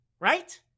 right